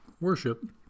worship